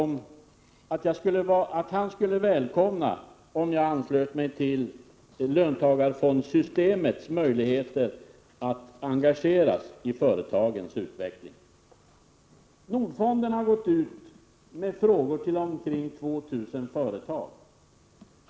Statsrådet nämner att han skulle välkomna en anslutning från min sida till löntagarfondssystemets möjligheter att engageras i företagens utveckling. Nordfonden har gått ut med frågor till ca 2 000 företag.